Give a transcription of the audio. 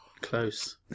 close